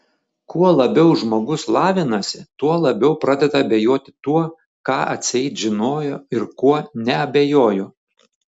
kuo labiau žmogus lavinasi tuo labiau pradeda abejoti tuo ką atseit žinojo ir kuo neabejojo